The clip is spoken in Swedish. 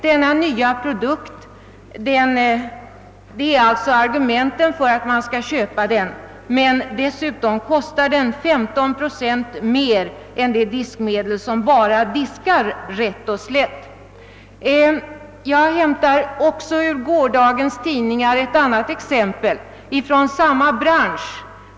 Den nya produkten kostar 15 procent mer än det diskmedel som bara diskar »rätt och slätt». Jag hämtar ur gårdagens tidningar ett annat exempel från samma bransch.